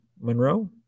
Monroe